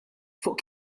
fuq